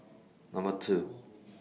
Number two